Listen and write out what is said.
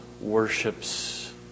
worships